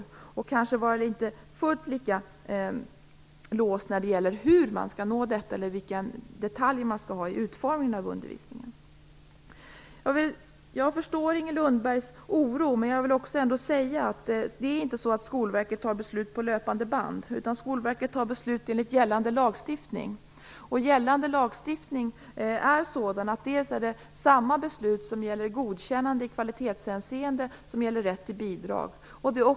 Man skall kanske inte vara fullt lika låst när det gäller hur man skall nå detta eller vilka detaljer som skall finnas i utformningen av undervisningen. Jag förstår Inger Lundbergs oro, men jag vill ändå säga att Skolverket inte fattar beslut på löpande band. Skolverket fattar beslut enligt gällande lagstiftning. Gällande lagstiftning är sådan att samma beslut gäller godkännande i kvalitetshänseende och rätt till bidrag.